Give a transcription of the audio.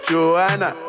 Joanna